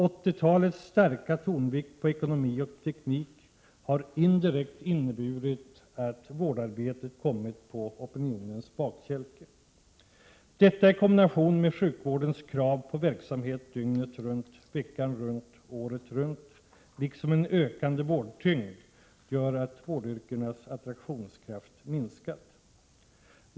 80-talets starka tonvikt på ekonomi och teknik har indirekt inneburit att vårdarbetet kommit på opinionens bakkälke. Detta i kombination med sjukvårdens krav på verksamhet dygnet runt, veckan runt, året runt, liksom en ökande vårdtyngd, gör att vårdyrkenas attraktionskraft minskat.